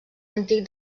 antic